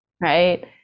right